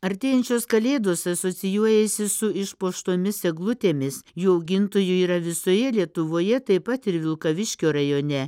artėjančios kalėdos asocijuojasi su išpuoštomis eglutėmis jų augintojų yra visoje lietuvoje taip pat ir vilkaviškio rajone